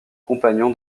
compagnon